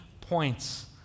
points